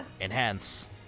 Enhance